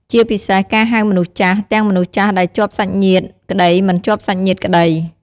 ជាពិសេសការហៅមនុស្សចាស់ ទាំងមនុស្សចាស់ដែលជាប់សាច់ញាតិក្តីមិនជាប់សាច់ញាតិក្តី។